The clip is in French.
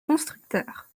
constructeur